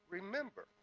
Remember